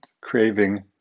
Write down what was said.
craving